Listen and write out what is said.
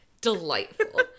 Delightful